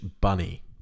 bunny